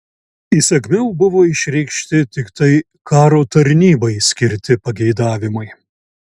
įsakmiau buvo išreikšti tiktai karo tarnybai skirti pageidavimai